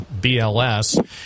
BLS